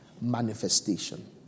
Manifestation